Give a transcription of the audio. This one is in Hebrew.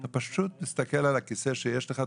אתה פשוט מסתכל על הכיסא שיש לך,